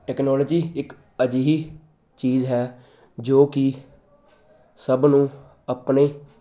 technology ਇੱਕ ਅਜਿਹੀ ਚੀਜ਼ ਹੈ ਜੋ ਕਿ ਸਭ ਨੂੰ ਆਪਣੇ